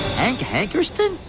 hank hankerston,